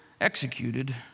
executed